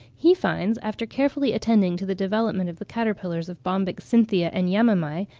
he finds, after carefully attending to the development of the caterpillars of bombyx cynthia and yamamai,